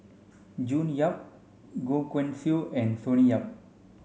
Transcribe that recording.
June Yap Goh Guan Siew and Sonny Yap